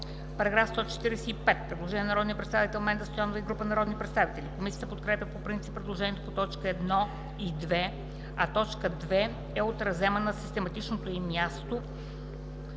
По § 145 има предложение на народния представител Менда Стоянова и група народни представители. Комисията подкрепя по принцип предложението по т. 1 и 2, а т. 2 е отразена на систематичното й място